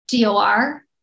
DOR